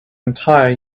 entire